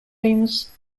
famous